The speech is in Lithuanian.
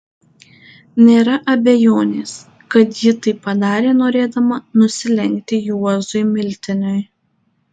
nėra abejonės kad ji tai padarė norėdama nusilenkti juozui miltiniui